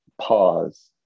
pause